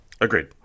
Agreed